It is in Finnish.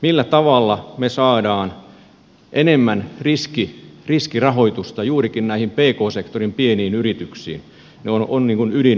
millä tavalla me saamme enemmän riskirahoitusta juurikin näihin pk sektorin pieniin yrityksiin se on ydinongelma tässä